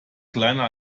kleiner